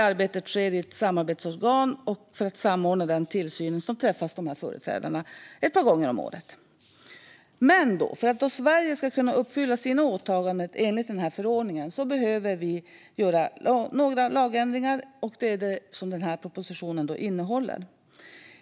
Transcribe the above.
Arbetet sker i ett samarbetsorgan, och för att samordna tillsynen träffas företrädare ett par gånger om året. För att Sverige ska kunna uppfylla sina åtaganden enligt förordningen behöver vi göra några lagändringar, som propositionen innehåller.